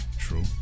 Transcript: true